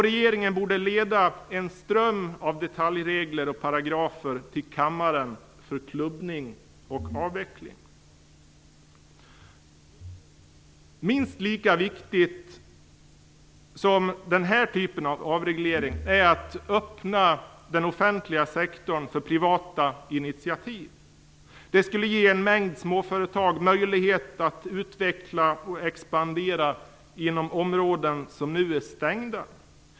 Regeringen borde leda en ström av detaljregler och paragrafer till kammaren för klubbning och avveckling. Minst lika viktig som den här typen av avreglering är ett öppnande av den offentliga sektorn för privata initiativ. Det skulle ge en mängd småföretag möjlighet att utveckla och expandera inom områden som nu är stängda.